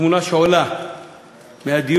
התמונה שעולה מהדיון,